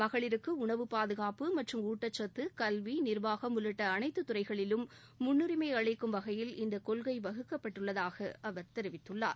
மகளிருக்கு உணவு பாதுகாப்பு மற்றும் ஊட்டச்சத்து கல்வி நிர்வாகம் உள்ளிட்ட அனைத்து துறையிலும் முன்னுரிமை அளிக்கும் வகையில் இந்த கொள்கை வகுக்கப்பட்டுள்ளதாக தெரிவித்துள்ளார்